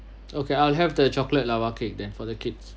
okay I'll have the chocolate lava cake then for the kids